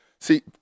See